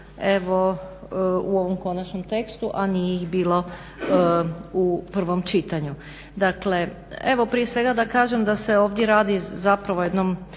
evo u ovom konačnom tekstu a nije ih bilo u prvom čitanju. Dakle evo prije svega da kažem da se ovdje radi zapravo o jednom